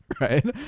right